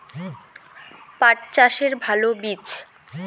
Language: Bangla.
পাঠ চাষের ভালো বীজ?